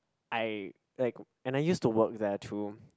I like and I used to work there too